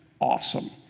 awesome